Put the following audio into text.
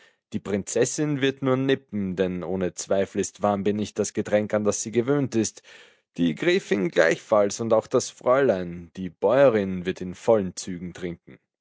die prinzessin wird nur nippen denn ohne zweifel ist warmbier nicht das getränk an das sie gewöhnt ist die gräfin gleichfalls auch das fräulein die bäuerin wird in vollen zügen trinken